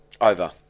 Over